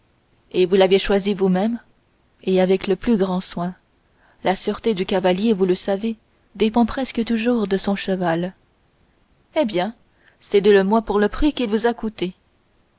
et vous l'avez choisi vous-même et avec le plus grand soin la sûreté du cavalier vous le savez dépend presque toujours de son cheval eh bien cédez le moi pour le prix qu'il vous a coûté